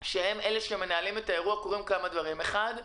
והם אלה שמנהלים את האירוע קורים כמה דברים: ראשית,